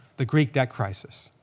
the greek debt crisis